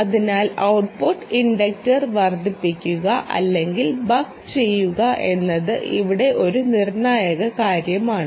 അതിനാൽ output inductor വർദ്ധിപ്പിക്കുക അല്ലെങ്കിൽ ബക്ക് ചെയ്യുക എന്നത് ഇവിടെ ഒരു നിർണായക കാര്യമാണ്